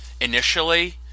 initially